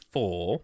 Four